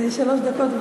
שלוש דקות.